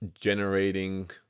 generating